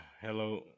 hello